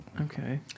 okay